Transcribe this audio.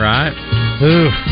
Right